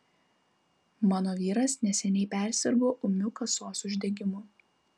mano vyras neseniai persirgo ūmiu kasos uždegimu